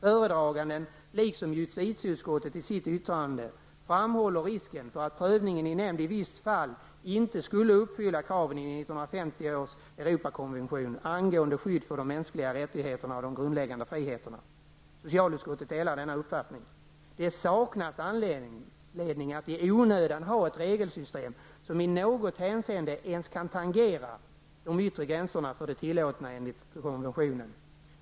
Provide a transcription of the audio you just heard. Föredraganden, liksom justitieutskottet i sitt yttrande, framhåller risken för att prövningen inte nämnd i visst fall inte skulle uppfylla kraven i 1950 års Europakonvention angående skydd för de mänskliga rättigheterna och de grundläggande friheterna. Socialutskottet delar denna uppfattning. Det saknas anledning att i onödan ha ett regelsystem som i något hänseende ens kan tangera de yttre gränserna för det tillåtna enligt konventionen.